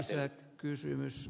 herra puhemies